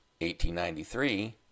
1893